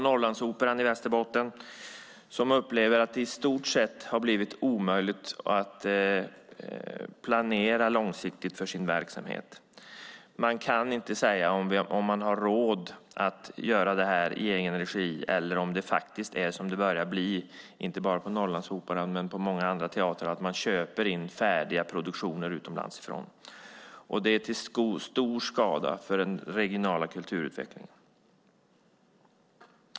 Norrlandsoperan i Västerbotten upplever att det i stort sett har blivit omöjligt att planera långsiktigt för sin verksamhet. Man kan inte säga om man har råd att göra uppsättningar i egen regi eller om man måste, som på många andra håll, köpa in färdiga produktioner utomlands ifrån. Det är till stor skada för den regionala kulturutvecklingen.